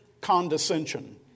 condescension